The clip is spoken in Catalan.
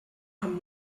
amb